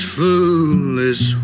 foolish